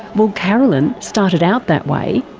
well, carolyn started out that way,